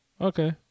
Okay